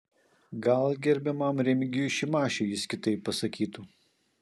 gal gerbiamam remigijui šimašiui jis kitaip pasakytų